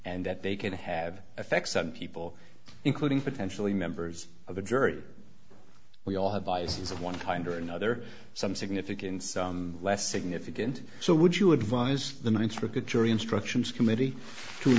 and that they can have effects on people including potentially members of the jury we all have biases of one kind or another some significance less significant so would you advise the ninth circuit jury instructions committee t